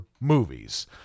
movies